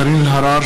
קארין אלהרר,